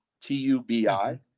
T-U-B-I